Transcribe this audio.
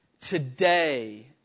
Today